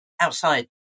Outside